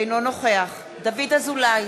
אינו נוכח דוד אזולאי,